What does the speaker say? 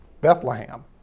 Bethlehem